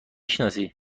شناسی